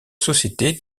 société